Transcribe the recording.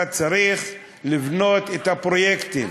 אתה צריך לבנות את הפרויקטים.